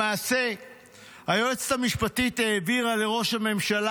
למעשה היועצת המשפטית העבירה לראש הממשלה